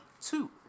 Two